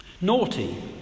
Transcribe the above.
Naughty